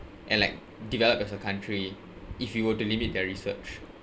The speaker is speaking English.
and like develop as a country if you were to limit their research